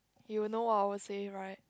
you will know I won't say right